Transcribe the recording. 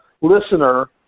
listener